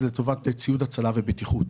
הם לטובת ציוד הצלה ובטיחות.